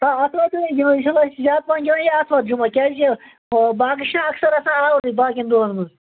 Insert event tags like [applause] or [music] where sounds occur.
آ اَتھوارِ دۄہَے گندو انشاء اللہ أسۍ چھِ زیادٕ پہَن [unintelligible] آتھوار جمعہ کیازِ یہِ باقے چھ نہ اکثر آسان آورے باقیَن دۄہَن منٛز